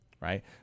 Right